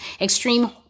extreme